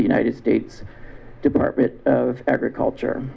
the united states department of agriculture